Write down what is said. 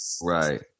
right